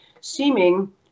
seeming